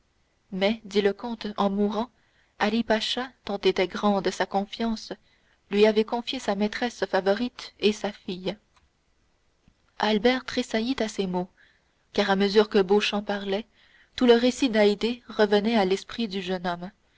mais dit le comte en mourant ali pacha tant était grande sa confiance lui avait confié sa maîtresse favorite et sa fille albert tressaillit à ces mots car à mesure que beauchamp parlait tout le récit d'haydée revenait à l'esprit du jeune homme